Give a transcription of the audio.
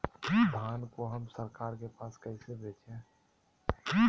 धान को हम सरकार के पास कैसे बेंचे?